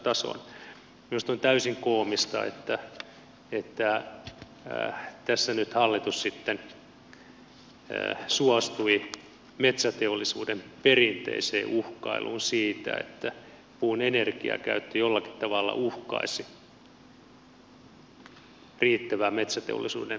minusta on täysin koomista että tässä nyt hallitus sitten suostui metsäteollisuuden perinteiseen uhkailuun siitä että puun energiakäyttö jollakin tavalla uhkaisi riittävää metsäteollisuuden puun saantia